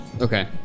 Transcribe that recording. Okay